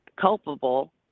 culpable